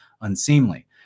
unseemly